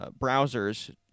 browsers